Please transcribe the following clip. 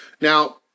Now